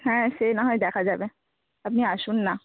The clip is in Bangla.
হ্যাঁ সে না হয় দেখা যাবে আপনি আসুন না